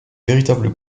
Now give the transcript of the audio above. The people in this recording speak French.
véritable